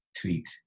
tweet